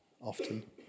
often